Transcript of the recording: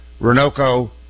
Renoco